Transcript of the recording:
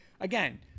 again